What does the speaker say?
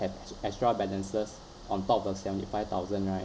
have extra balances on top of the seventy five thousand right